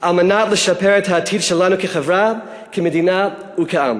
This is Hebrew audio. על מנת לשפר את העתיד שלנו כחברה, כמדינה וכעם.